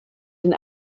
den